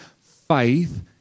faith